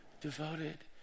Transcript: devoted